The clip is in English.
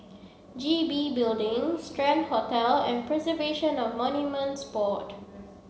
G B Building Strand Hotel and Preservation of Monuments Board